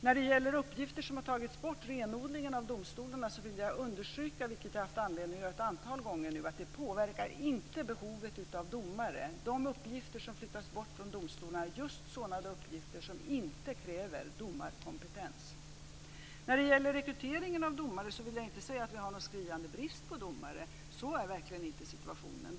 När det gäller uppgifter som har tagits bort och renodlingen av domstolarna vill jag understryka, vilket jag har haft anledning att göra ett antal gånger nu, att det inte påverkar behovet av domare. De uppgifter som flyttas bort från domstolarna är just sådana uppgifter som inte kräver domarkompetens. När det gäller rekryteringen av domare vill jag inte säga att vi har någon skriande brist på domare. Så är verkligen inte situationen.